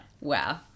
Wow